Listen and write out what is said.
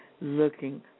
looking